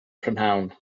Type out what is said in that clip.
prynhawn